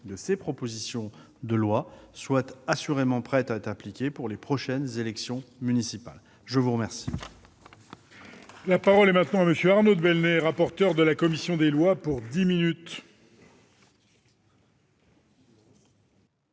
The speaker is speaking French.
de ces propositions de loi soient assurément prêtes à être appliquées pour les prochaines élections municipales. La parole